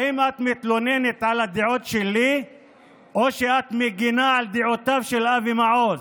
האם את מתלוננת על הדעות שלי או שאת מגינה על דעותיו של אבי מעוז?